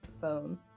phone